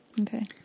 Okay